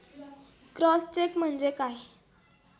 Cross cheque म्हणजे काय?